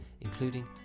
including